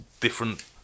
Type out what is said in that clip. different